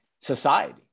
society